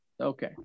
Okay